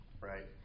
right